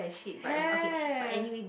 have